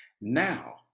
now